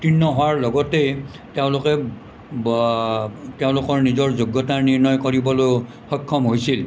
উত্তীৰ্ণ হোৱাৰ লগতে তেওঁলোকে তেওঁলোকৰ নিজৰ যোগ্যতা নিৰ্ণয় কৰিবলৈও সক্ষম হৈছিল